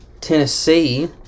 Tennessee